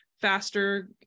faster